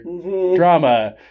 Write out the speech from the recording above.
drama